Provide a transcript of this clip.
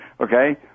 Okay